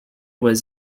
was